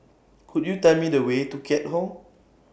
Could YOU Tell Me The Way to Keat Hong